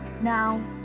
Now